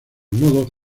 nodos